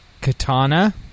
Katana